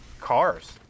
cars